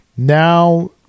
Now